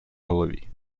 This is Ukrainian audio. голові